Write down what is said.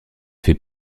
fait